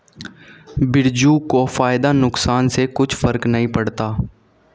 बिरजू को फायदा नुकसान से कुछ फर्क नहीं पड़ता